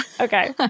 Okay